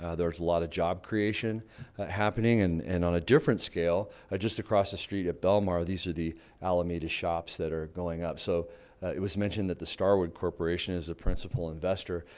ah there's a lot of job creation happening and and on a different scale ah just across the street at belmar. these are the alameda shops that are going up so it was mentioned that the starwood corporation is a principal investor.